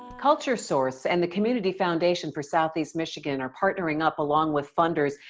culturesource and the community foundation for southeast michigan are partnering up along with funders,